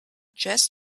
just